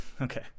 Okay